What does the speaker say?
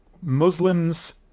Muslims